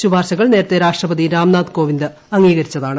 ശുപാർശകൾ നേരത്തെ രാഷ്ട്രപതി രാംനാഥ് കോവിന്ദ് അംഗീകരിച്ചതാണ്